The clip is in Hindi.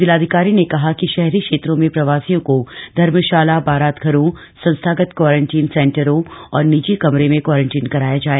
जिलाधिकारी ने कहा कि शहरी क्षेत्रों में प्रवासियों को धर्मशाला बारात घरों संस्थागत क्वारंटाइन सेंटरों और निजी कमरे में क्वारंटीन कराया जाए